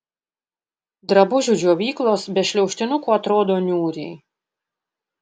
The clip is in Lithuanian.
drabužių džiovyklos be šliaužtinukų atrodo niūriai